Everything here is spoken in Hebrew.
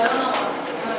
אבל לא נורא, לא נורא.